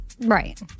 Right